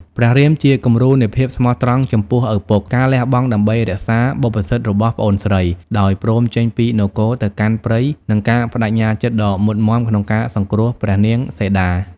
ព្រះរាមជាគំរូនៃភាពស្មោះត្រង់ចំពោះឪពុក ការលះបង់ដើម្បីរក្សាបុព្វសិទ្ធិរបស់ប្អូនស្រី ដោយព្រមចេញពីនគរទៅកាន់ព្រៃ និងការប្ដេជ្ញាចិត្តដ៏មុតមាំក្នុងការសង្គ្រោះព្រះនាងសីតា ។